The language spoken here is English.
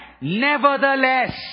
nevertheless